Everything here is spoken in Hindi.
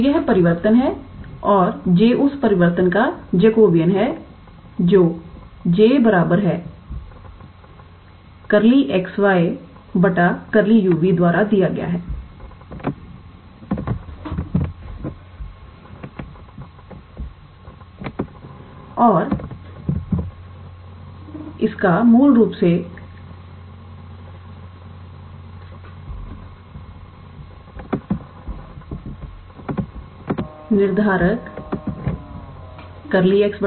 तो यह मेरा परिवर्तन है और J उस परिवर्तन का जेकोबियन है जो 𝐽 𝜕𝑥𝑦 𝜕𝑢𝑣 द्वारा दिया गया है और यह मूल रूप से और